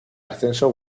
ascenso